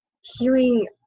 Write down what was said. hearing